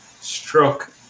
struck